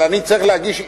אבל אני צריך להגיש,